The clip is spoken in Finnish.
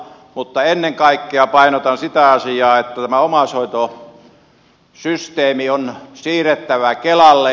mutta ennen kaikkea painotan sitä asiaa että tämä omaishoitosysteemi on siirrettävä kelalle